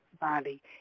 body